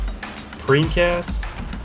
Creamcast